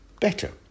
better